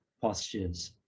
postures